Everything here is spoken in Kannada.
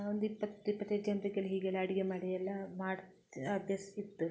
ಒಂದು ಇಪ್ಪತ್ತು ಇಪತ್ತೈದು ಜನರುಗಳು ಹೀಗೆಲ್ಲ ಅಡುಗೆ ಮಾಡಿ ಎಲ್ಲ ಮಾಡ್ತಾ ಅಭ್ಯಾಸ ಇತ್ತು